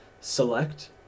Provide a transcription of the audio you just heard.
select